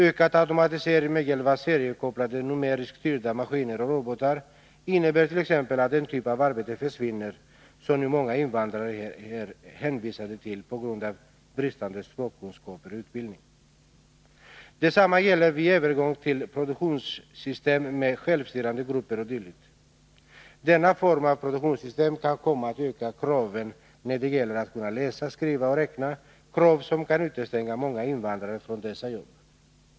Ökad automatisering med hjälp av seriekopplade numeriskt styrda maskiner och robotar innebär t.ex. att den typ av arbete försvinner som nu många invandrare är hänvisade till på grund av bristande språkkunskaper och utbildning. Detsamma gäller vid övergång till produktionssystem med självstyrande grupper o. d. Denna form av produktionssystem kan komma att öka kraven när det gäller att kunna läsa, skriva och räkna, krav som kan utestänga många invandrare från dessa jobb.